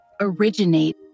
originate